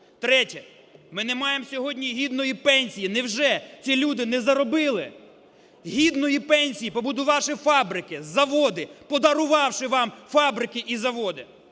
Третє. Ми не маємо сьогодні гідної пенсії. Невже ці люди не заробили гідної пенсії, побудувавши фабрики, заводи, подарувавши вам фабрики і заводи?